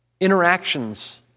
Interactions